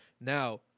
now